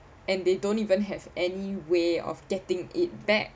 and they don't even have any way of getting it back